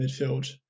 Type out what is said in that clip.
midfield